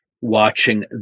watching